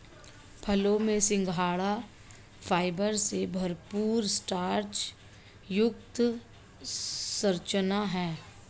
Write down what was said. फलों में सिंघाड़ा फाइबर से भरपूर स्टार्च युक्त संरचना है